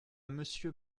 monsieur